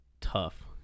tough